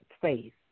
faith